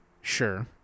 Sure